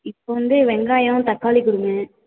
இப்போ வந்து வெங்காயம் தக்காளி கொடுங்க